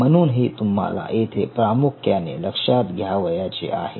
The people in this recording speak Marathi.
म्हणून हे तुम्हाला येथे प्रामुख्याने लक्षात घ्यावयाचे आहे